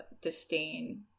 disdain